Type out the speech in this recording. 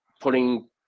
putting